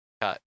cut